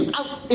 out